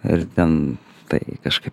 ir ten tai kažkaip